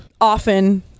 often